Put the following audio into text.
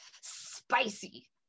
spicy